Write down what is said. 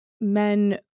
men